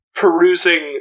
perusing